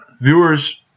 Viewers